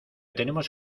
tenemos